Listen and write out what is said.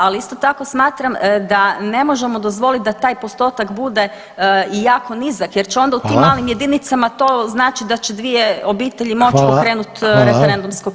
Ali isto tako smatram da ne možemo dozvoliti da taj postotak i bude i jako nizak jer će onda u tim [[Upadica: Hvala.]] malim jedinicama to značiti da će dvije obitelji moći pokrenuti [[Upadica: Hvala, hvala.]] referendumsko pitanje.